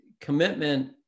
commitment